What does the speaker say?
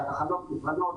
שהתחנות מוכנות,